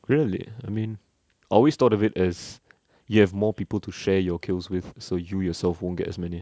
really I mean I always thought of it as you have more people to share your kills with so you yourself won't get as many